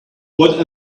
what